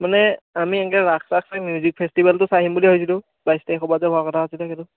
মানে আমি এনেকে ৰাস চাস চাই মিউজিক ফেষ্টিভেলটো চাই আহিম বুলি ভাবিছিলোঁ বাইছ তাৰিখৰপৰা যে হোৱা কথা আছিলে যে সেইটো